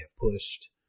pushed